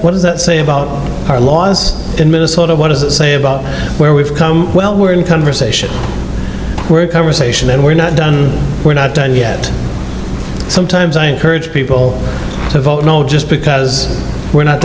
what does that say about our laws in minnesota what does it say about where we've come where in conversation where conversation and we're not we're not done yet sometimes i encourage people to vote no just because we're not